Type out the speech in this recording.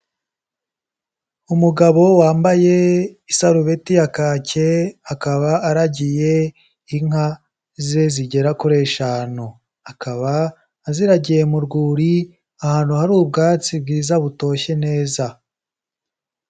Umugabo wambaye isarubeti ya kake, akaba aragiye inka ze zigera kuri eshanu, akaba aziragiye mu rwuri ahantu hari ubwatsi bwiza butoshye neza.